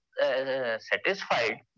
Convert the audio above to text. satisfied